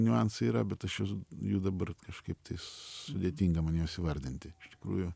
niuansai yra bet aš jų dabar kažkaip tai sudėtinga man juos įvardinti iš tikrųjų